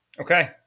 Okay